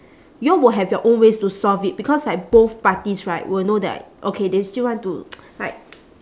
you all will have your own ways to solve it because like both parties right will know that okay they still want to like